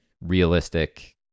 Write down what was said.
realistic